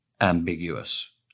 ambiguous